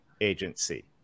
agency